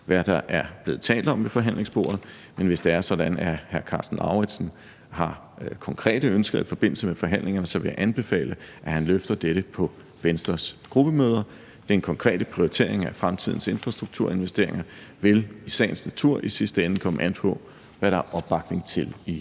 hvad der er blevet talt om ved forhandlingsbordet. Men hvis det er sådan, at hr. Karsten Lauritzen har konkrete ønsker i forbindelse med forhandlingerne, vil jeg anbefale, at han løfter dette på Venstres gruppemøder. Den konkrete prioritering af fremtidens infrastrukturinvesteringer vil i sagens natur i sidste ende komme an på, hvad der opbakning til i